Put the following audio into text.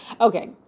Okay